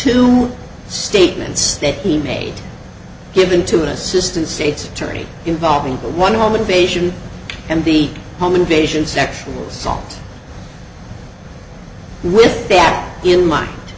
two statements that he made given to an assistant state's attorney involving the one home invasion and be home invasion sexual assault with that in mind